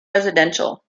residential